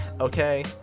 okay